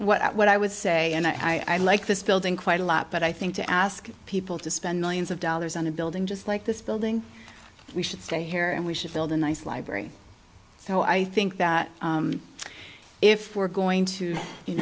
know what i would say and i like this building quite a lot but i think to ask people to spend millions of dollars on a building just like this building we should stay here and we should build a nice library so i think that if we're going to you